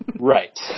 Right